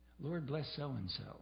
Lord-bless-so-and-so